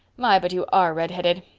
my, but you are redheaded!